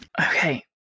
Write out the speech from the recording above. Okay